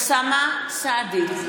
בעד אוסאמה סעדי,